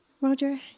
Roger